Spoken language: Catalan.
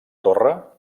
torre